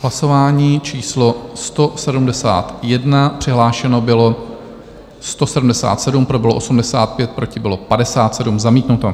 Hlasování číslo 171, přihlášeno bylo 177, pro bylo 85, proti bylo 57. Zamítnuto.